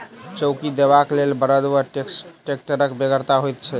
चौकी देबाक लेल बड़द वा टेक्टरक बेगरता होइत छै